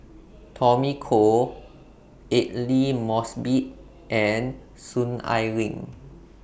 Tommy Koh Aidli Mosbit and Soon Ai Ling